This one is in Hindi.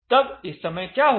तब इस समय क्या होगा